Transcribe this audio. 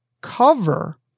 cover